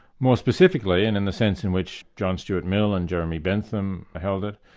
more specifically, and in a sense in which john stuart mill and jeremy bentham held it,